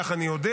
כך אני יודע,